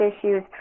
issues